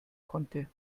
konnte